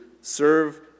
serve